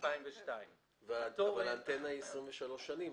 משנת 2002. אבל האנטנה נמצא שם 23 שנים,